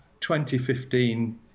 2015